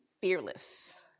fearless